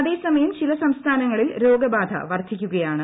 അതേ സമ്യം ചില സംസ്ഥാനങ്ങളിൽ രോഗബാധ വർധിക്കുകയാണ്